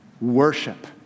Worship